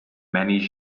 many